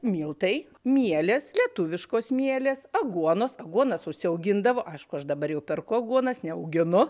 miltai mielės lietuviškos mielės aguonos aguonas užsiaugindavo aišku aš dabar jau perku aguonas neauginu